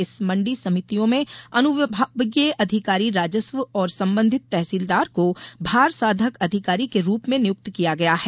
इन मंडी समितियों में अनुविभागीय अधिकारी राजस्व और संबंधित तहसीलदार को भारसाधक अधिकारी के रूप में नियुक्त किया गया है